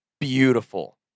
beautiful